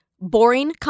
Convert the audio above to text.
Boring